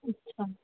अच्छा